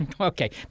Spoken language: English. Okay